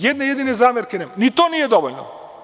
Jedne jedine zamerke nema i to nije dovoljno.